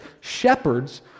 shepherds